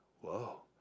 whoa